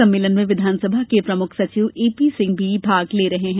सम्मेलन में विधानसभा के प्रमुख सचिव ए पी सिंह भी भाग ले रहे हैं